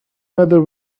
matter